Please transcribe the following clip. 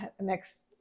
next